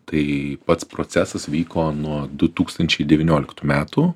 tai pats procesas vyko nuo du tūkstančiai devynioliktų metų